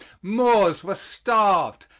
moors were starved,